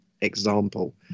example